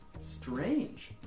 strange